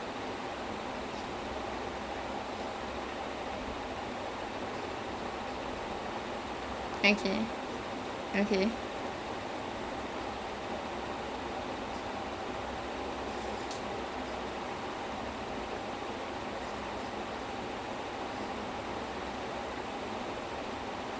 hedge fund C_E_O who has who operates on insider trading the stock market's it's like so a lot of insider information which he will get a lot of trades but the thing is there's this another lawmaker who decides he wants to put an end to this and then he'll be like no I'm going to